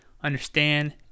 understand